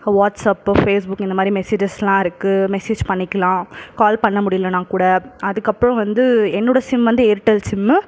WhatsApp Facebook இந்த மாதிரி மெஸேஜஸ்லாம் இருக்குது மெஸேஜ் பண்ணிக்கலாம் கால் பண்ண முடியலனா கூட அதுக்கப்புறோம் வந்து என்னோட சிம் வந்து ஏர்டெல் சிம்மு